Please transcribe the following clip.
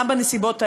גם בנסיבות האלה,